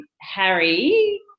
Harry